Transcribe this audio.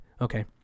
Okay